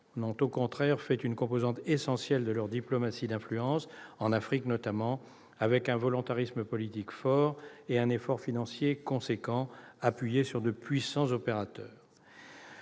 en ont au contraire fait une composante essentielle de leur diplomatie d'influence, en Afrique notamment, avec un volontarisme politique fort et un effort financier conséquent, appuyé sur de puissants opérateurs.